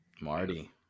Marty